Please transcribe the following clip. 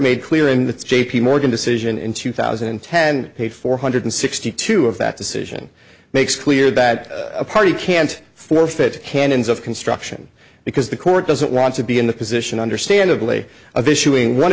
made clear in the j p morgan decision in two thousand and ten page four hundred sixty two of that decision makes clear that a party can't forfeit canons of construction because the court doesn't want to be in the position understandably of issuing one